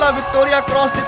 ah victoria cross